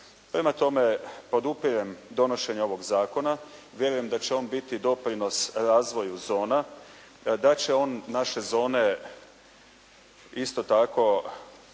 Prema tome podupirem donošenje ovog zakona. Vjerujem da će on biti doprinos razvoju zona. Da će on naše zone isto tako